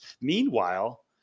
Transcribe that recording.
Meanwhile